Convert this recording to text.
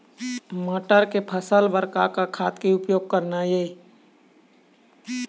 मटर के फसल बर का का खाद के उपयोग करना ये?